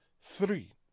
Three